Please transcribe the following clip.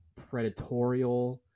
predatorial